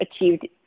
achieved